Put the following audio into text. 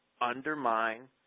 undermine